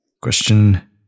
Question